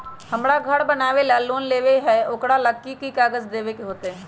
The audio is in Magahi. हमरा घर बनाबे ला लोन लेबे के है, ओकरा ला कि कि काग़ज देबे के होयत?